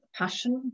passion